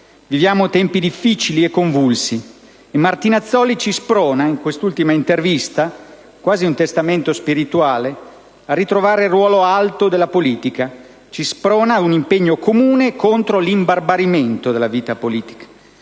Viviamo tempi difficili e convulsi. Martinazzoli ci sprona, in quest'ultima intervista (che è quasi un testamento spirituale), a ritrovare il ruolo alto della politica in un impegno comune contro l'imbarbarimento della vita politica.